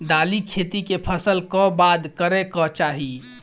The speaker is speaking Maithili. दालि खेती केँ फसल कऽ बाद करै कऽ चाहि?